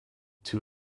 two